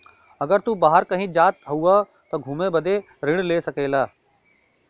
अगर तू बाहर कही जात हउआ त घुमे बदे ऋण ले सकेला